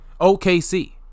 OKC